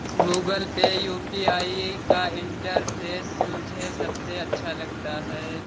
Google Pay UPI का interface मुझे सबसे अच्छा लगता है